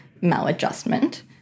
maladjustment